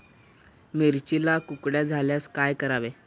मिरचीला कुकड्या झाल्यास काय करावे?